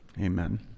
Amen